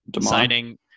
signing